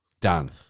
done